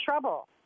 trouble